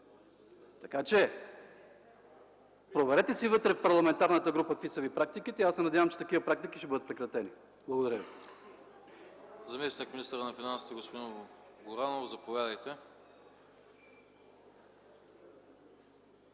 ГЕРБ. Проверете си вътре, в парламентарната група, какви са Ви практиките и аз се надявам, че такива практики ще бъдат прекратени. Благодаря.